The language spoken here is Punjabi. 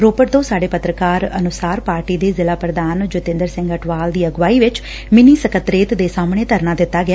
ਰੋਪੜ ਤੋ ਸਾਡੇ ਪੱਤਰਕਾਰ ਅਨੁਸਾਰ ਪਾਰਟੀ ਦੇ ਜ਼ਿਲਾ ਪ੍ਰਧਾਨ ਜਤੇਦਰ ਸਿੰਘ ਅਟਵਾਲ ਦੀ ਅਗਵਾਈ ਚ ਮਿੰਨੀ ਸਕੱਤਰੇਤ ਦੇ ਸਾਹਮਣੇ ਧਰਨਾ ਦਿੱਤਾ ਗਿਆ